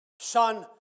Son